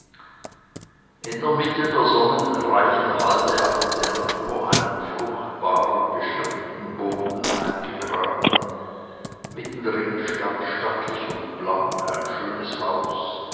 in der mitte der sonnenreichen halde hatte die natur einen fruchtbaren beschirmten boden eingegraben mittendrin stand stattlich und blank ein schönes haus